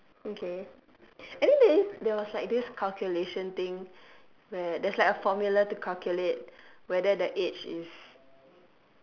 okay and then there is there was like this calculation thing where there's like a formula to calculate whether the age is